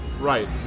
Right